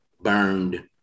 burned